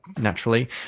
naturally